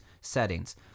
settings